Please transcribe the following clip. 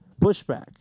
pushback